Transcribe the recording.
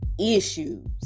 issues